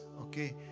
okay